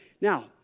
Now